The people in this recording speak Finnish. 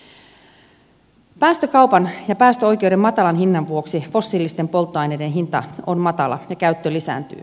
päästökaupan ja päästöoikeuden matalan hinnan vuoksi fossiilisten polttoaineiden hinta on matala ja käyttö lisääntyy